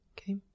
Okay